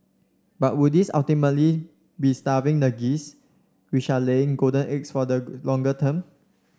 but would this ultimately be starving the geese which are laying golden eggs for the longer term